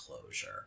closure